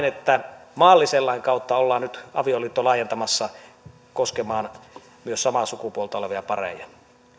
että maallisen lain kautta ollaan nyt avioliitto laajentamassa koskemaan myös samaa sukupuolta olevia pareja